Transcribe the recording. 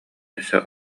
өссө